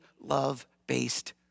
love-based